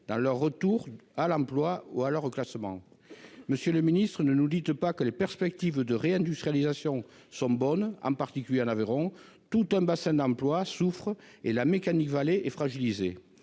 dans leur retour à l'emploi ou dans leur reclassement. Monsieur le ministre, ne nous dites pas que les perspectives de réindustrialisation sont bonnes, en particulier en Aveyron : tout un bassin d'emploi souffre et la Mecanic Vallée est fragilisée.